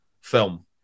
film